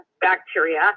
bacteria